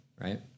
right